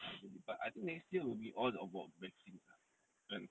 I believe but I think next year will be all about vaccines ah kan